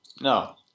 No